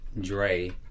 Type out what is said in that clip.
Dre